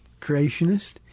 creationist